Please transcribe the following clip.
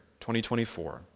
2024